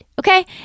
okay